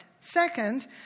Second